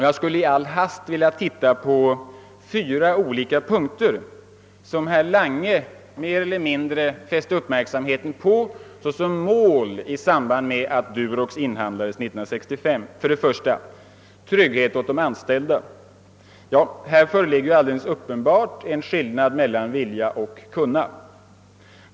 Jag skulle i all hast vilja titta på fyra olika punkter som herr Lange mer eller mindre fäste uppmärksamheten på såsom mål i samband med att Durox inhandlades 1965. 1. Trygghet åt de anställda. Ja, här föreligger alldeles uppenbart en skillnad mellan vilja och kunna.